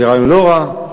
זה רעיון לא רע,